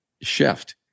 shift